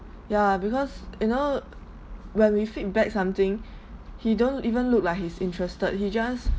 ya because you know when we feedback something he don't even look like he's interested he just